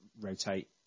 rotate